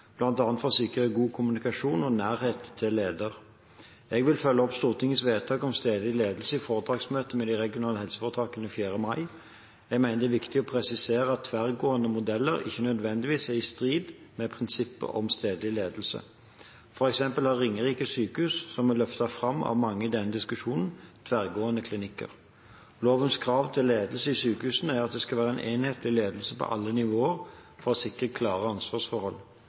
for å sikre god kommunikasjon og nærhet til lederen. Jeg vil følge opp Stortingets vedtak om stedlig ledelse i foretaksmøtet med de regionale helseforetakene 4. mai. Jeg mener det er viktig å presisere at tverrgående modeller ikke nødvendigvis er i strid med prinsippet om stedlig ledelse. For eksempel har Ringerike sykehus, som blir løftet fram av mange i denne diskusjonen, tverrgående klinikker. Lovens krav til ledelse i sykehusene er at det skal være enhetlig ledelse på alle nivåer for å sikre klare ansvarsforhold.